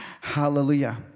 Hallelujah